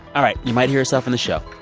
all right. you might hear yourself in the show.